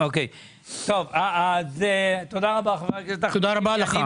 תודה רבה לך.